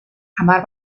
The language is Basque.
hamar